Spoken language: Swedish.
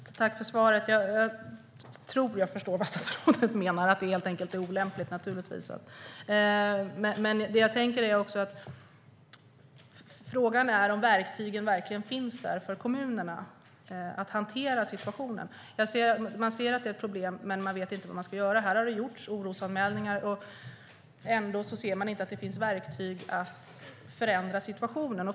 Fru talman! Tack för svaret! Jag tror att jag förstår vad statsrådet menar, att det helt enkelt är olämpligt, naturligtvis. Men frågan är om verktygen verkligen finns för kommunerna att hantera situationen. Man ser att det är ett problem, men man vet inte vad de ska göra. Det har gjorts orosanmälningar, men ändå ser man inte att det finns verktyg att förändra situationen.